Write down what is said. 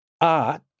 art